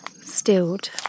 stilled